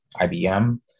IBM